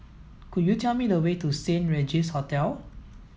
could you tell me the way to Saint Regis Hotel